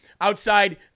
outside